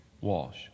Walsh